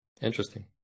Interesting